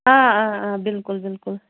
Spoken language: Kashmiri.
آ آ آ بالکُل بالکُل